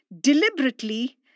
deliberately